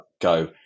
go